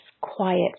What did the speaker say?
quiet